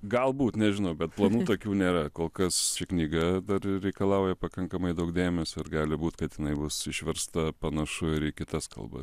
galbūt nežinau bet planų tokių nėra kol kas ši knyga dar reikalauja pakankamai daug dėmesio ir gali būt kad jinai bus išversta panašu ir į kitas kalbas